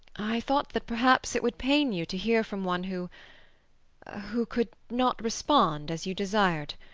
i thought that perhaps it would pain you to hear from one who who could not respond as you desired.